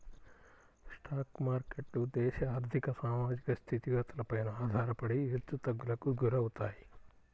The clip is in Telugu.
స్టాక్ మార్కెట్లు దేశ ఆర్ధిక, సామాజిక స్థితిగతులపైన ఆధారపడి హెచ్చుతగ్గులకు గురవుతాయి